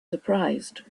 surprised